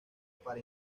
para